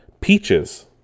Peaches